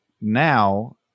now